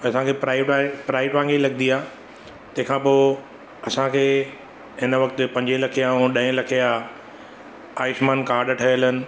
असांखे प्राइव डारे प्राइवेट वाङे ई लॻंदी आहे तंहिंखां पोइ असांखे हिन वक़्तु पंज लख ऐं ॾह लख जा आयुष्मान काड ठहियलु आहिनि